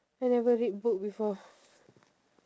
I never read book before